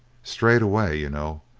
strayed away, you know,